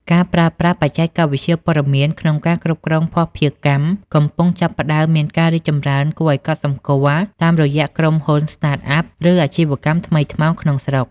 ការប្រើប្រាស់បច្ចេកវិទ្យាព័ត៌មានក្នុងការគ្រប់គ្រងភស្តុភារកម្ម កំពុងចាប់ផ្ដើមមានការរីកចម្រើនគួរឱ្យកត់សម្គាល់តាមរយៈក្រុមហ៊ុន Startup ឬ អាជីវកម្មថ្មីថ្មោង ក្នុងស្រុក។